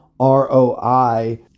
ROI